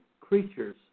creatures